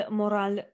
moral